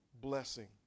blessing